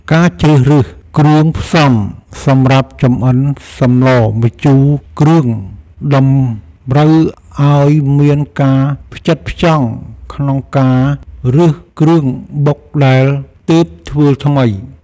ការជ្រើសរើសគ្រឿងផ្សំសម្រាប់ចំអិនសម្លម្ជូរគ្រឿងតម្រូវឱ្យមានការផ្ចិតផ្ចង់ក្នុងការរើសគ្រឿងបុកដែលទើបធ្វើថ្មី។